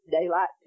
daylight